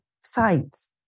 sites